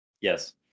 Yes